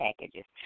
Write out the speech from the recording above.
packages